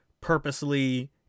purposely